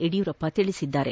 ಯಡಿಯೂರಪ್ಪ ತಿಳಿಸಿದ್ದಾರೆ